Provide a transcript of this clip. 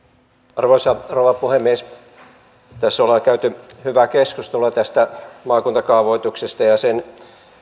arvoisa rouva puhemies tässä ollaan käyty hyvää keskustelua tästä maakuntakaavoituksesta ja sen